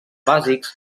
bàsics